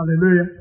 Hallelujah